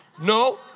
No